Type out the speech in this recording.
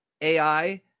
ai